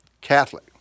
catholic